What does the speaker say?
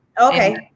Okay